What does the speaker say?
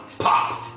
pop!